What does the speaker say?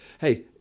Hey